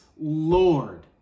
Lord